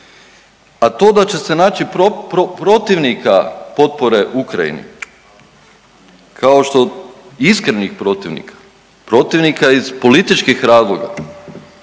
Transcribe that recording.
A to da će se naći protivnika potpore Ukrajini kao što iskrenih protivnika, protivnika iz političkih razloga